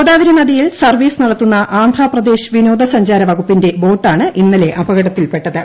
ഗോദാവരി നദിയിൽ സർവ്വീസ് നടത്തുന്ന ആന്ധ്രാപ്രദേശ് വിനോദസഞ്ചാര വകുപ്പിന്റെ ബോട്ടാണ് ഇന്നലെ അപകടത്തിൽപ്പെട്ടത്